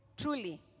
Truly